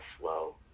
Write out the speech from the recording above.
flow